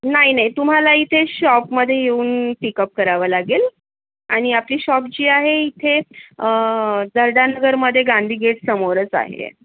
नाही नाही तुम्हाला इथे शॉपमध्ये येऊन पीकप करावं लागेल आणि आपली शॉप जी आहे इथे दर्डा नगरमध्ये गांधी गेटसमोरच आहे